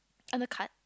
undercut